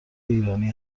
ایرانی